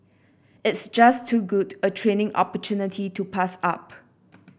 it's just too good a training opportunity to pass up